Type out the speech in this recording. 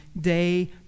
day